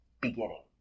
beginning